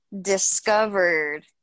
discovered